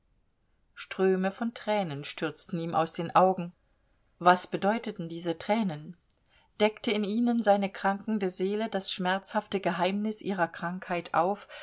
ströme von tränen stürzten ihm aus den augen was bedeuteten diese tränen deckte in ihnen seine krankende seele das schmerzhafte geheimnis ihrer krankheit auf